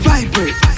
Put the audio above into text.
Vibrate